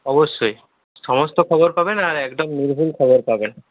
অবশ্যই সমস্ত খবর পাবেন আর একদম নির্ভুল খবর পাবেন